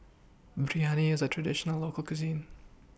Biryani IS A Traditional Local Cuisine